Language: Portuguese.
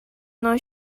não